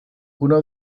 uno